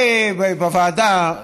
ובוועדה,